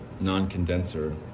non-condenser